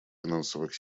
финансовых